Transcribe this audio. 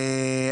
מעולה,